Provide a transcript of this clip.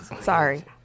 Sorry